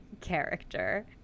character